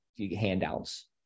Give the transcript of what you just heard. Handouts